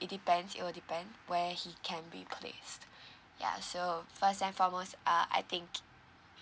it depends it will depend where he can be placed ya so first and foremost uh I think